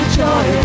joy